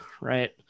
right